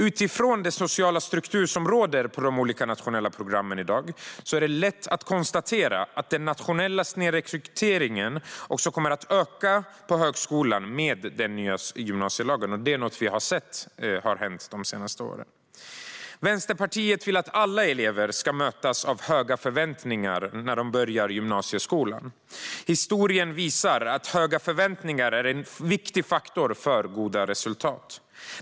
Utifrån den sociala struktur som råder på de olika nationella programmen i dag är det lätt att konstatera att den nationella snedrekryteringen till högskolan kommer att öka med den nya gymnasielagen. Det är också något vi har sett hända de senaste åren. Vänsterpartiet vill att alla elever ska mötas av höga förväntningar när de börjar gymnasieskolan. Historien visar att höga förväntningar är en viktig faktor för goda resultat.